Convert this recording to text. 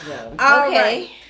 Okay